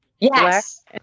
yes